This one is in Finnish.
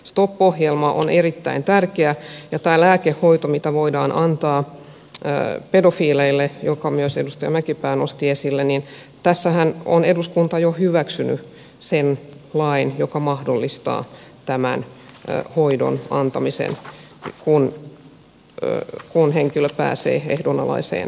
stop ohjelma on erittäin tärkeä ja tästä lääkehoidosta mitä voidaan antaa pedofiileille minkä myös edustaja mäkipää nosti esille on eduskunta jo hyväksynyt sen lain joka mahdollistaa tämän hoidon antamisen kun henkilö pääsee ehdonalaiseen vapauteen